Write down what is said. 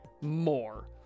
more